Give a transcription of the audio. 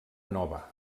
nova